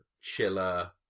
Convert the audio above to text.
chiller